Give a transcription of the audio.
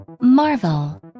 Marvel